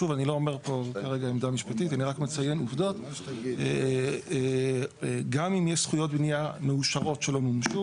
גם אם ישנן זכויות בנייה מאושרות שלא מומשו